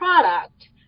product